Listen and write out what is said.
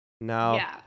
Now